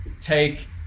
take